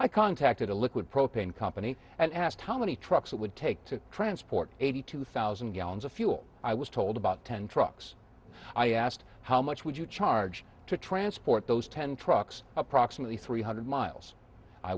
i contacted a liquid propane company and asked how many trucks it would take to transport eighty two thousand gallons of fuel i was told about ten trucks i asked how much would you charge to transport those ten trucks approximately three hundred miles i